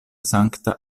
sankta